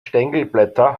stängelblätter